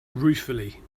ruefully